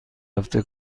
هفته